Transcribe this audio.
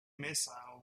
missile